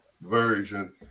version